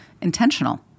intentional